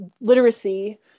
literacy